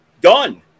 done